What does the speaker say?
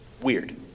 Weird